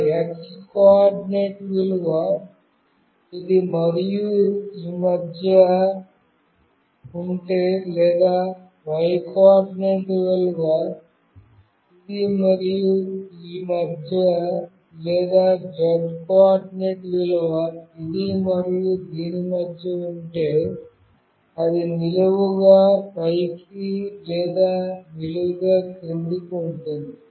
ఆ x coordinate విలువ ఇది మరియు ఈ మధ్య ఉంటే లేదా y కోఆర్డినేట్ విలువ ఇది మరియు ఈ మధ్య లేదా z కోఆర్డినేట్ విలువ ఇది మరియు దీని మధ్య ఉంటే అది నిలువుగా పైకి లేదా నిలువుగా క్రిందికి ఉంటుంది